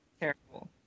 Terrible